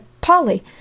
Polly